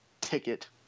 ticket